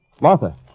Martha